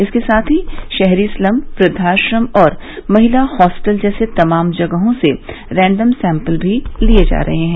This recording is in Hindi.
इसके साथ ही शहरी स्लम वृद्वाश्रम और महिला हॉस्टल जैसी तमाम जगहों से रैंडम सैम्पल भी लिये जा रहे हैं